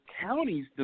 counties